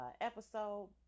episode